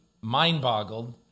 mind-boggled